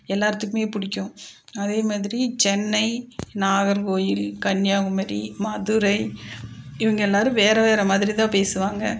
எல்லாத்துக்குமே பிடிக்கும் அதே மாதிரி சென்னை நாகர்கோயில் கன்னியாகுமரி மதுரை இவங்க எல்லோரும் வேறு வேறு மாதிரிதான் பேசுவாங்க